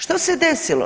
Što se desilo?